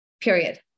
period